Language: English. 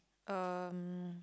um